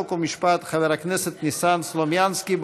חוק ומשפט חבר הכנסת ניסן סלומינסקי.